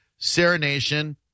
Serenation